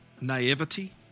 naivety